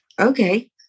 okay